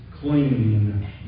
clean